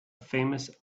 famous